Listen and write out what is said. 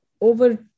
over